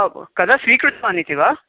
ओ हो कदा स्वीकृतवानिति वा